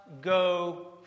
go